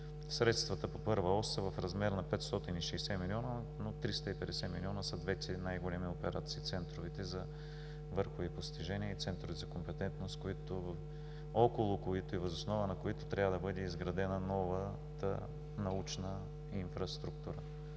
Средствата по първа ос са в размер на 560 милиона, но 350 милиона са двете най-големи операции – центровете за върхови постижения и Центъра за компетентност, около които и въз основа на които трябва да бъде изградена новата научна инфраструктура.